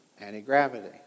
anti-gravity